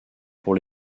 pour